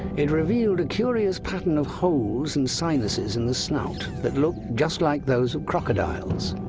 it revealed a curious pattern of holes and sinuses in the snout that looked just like those of crocodiles.